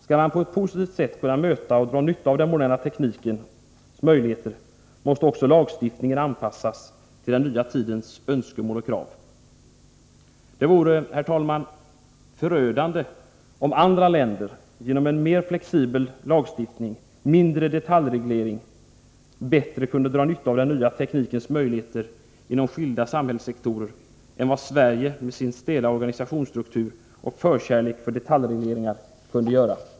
Skall man på ett positivt sätt kunna möta och dra nytta av den moderna teknikens möjligheter, måste också lagstiftningen anpassas till den nya tidens önskemål och krav. Det vore, herr talman, förödande om andra länder genom en mer flexibel lagstiftning, mindre detaljreglering etc. bättre kunde dra nytta av den nya teknikens möjligheter inom skilda samhällssektorer än vad Sverige med sin stela organisationsstruktur och förkärlek för detaljregleringar kunde göra.